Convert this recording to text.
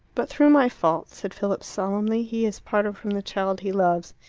but through my fault, said philip solemnly, he is parted from the child he loves.